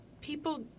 people